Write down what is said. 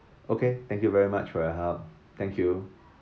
okay thank you very much for your help thank you